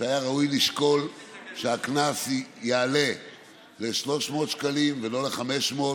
שהיה ראוי לשקול שהקנס יעלה ל-300 שקלים ולא ל-500.